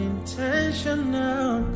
Intentional